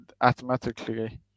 automatically